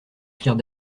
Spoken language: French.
pierre